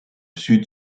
sud